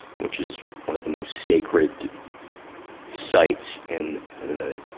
which is one of the most sacred sites in the,